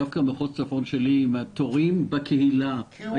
דווקא במחוז צפון שלי התורים בקהילה קצרים